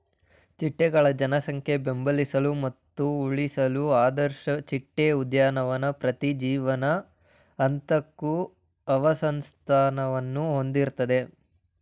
ಚಿಟ್ಟೆಗಳ ಜನಸಂಖ್ಯೆ ಬೆಂಬಲಿಸಲು ಮತ್ತು ಉಳಿಸಲು ಆದರ್ಶ ಚಿಟ್ಟೆ ಉದ್ಯಾನವು ಪ್ರತಿ ಜೀವನ ಹಂತಕ್ಕೂ ಆವಾಸಸ್ಥಾನವನ್ನು ಹೊಂದಿರ್ತದೆ